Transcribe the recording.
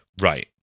Right